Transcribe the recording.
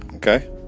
Okay